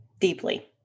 deeply